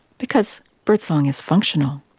because birdsong is functional.